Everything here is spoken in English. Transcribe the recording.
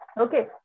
okay